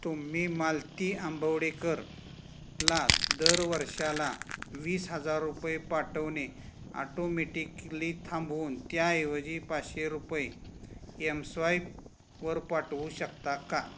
तुम्ही मालती आंबवडेकरला दर वर्षाला वीस हजार रुपये पाठवणे आटोमेटिकली थांबवून त्याऐवजी पाचशे रुपये एमस्वाईपवर पाठवू शकता का